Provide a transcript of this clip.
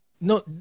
No